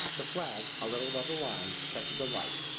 the flag, a little above the line, catches the light.